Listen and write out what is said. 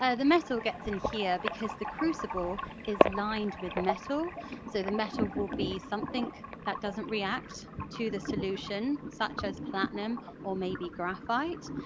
ah the metal gets in here because the crucible is lined with metal so the metal will be something that doesn't react to the solution such as platinum or maybe graphite.